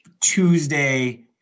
Tuesday